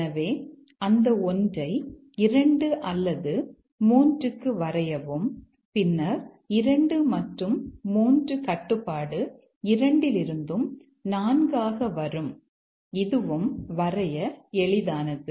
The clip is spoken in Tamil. எனவே அந்த 1 ஐ 2 அல்லது 3 க்கு வரையவும் பின்னர் 2 மற்றும் 3 கட்டுப்பாடு இரண்டிலிருந்தும் 4 ஆக வரும் இதுவும் வரைய எளிதானது